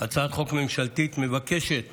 הצעת חוק ממשלתית, מבקשת